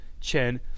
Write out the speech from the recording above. Chen